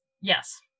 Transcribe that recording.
Yes